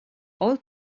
all